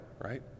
right